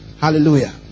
Hallelujah